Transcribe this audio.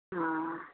ᱚᱻ